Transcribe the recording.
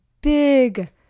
big